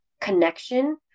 connection